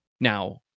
now